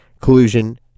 collusion